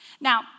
Now